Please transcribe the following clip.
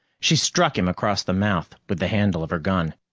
she struck him across the mouth with the handle of her gun.